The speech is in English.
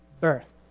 birth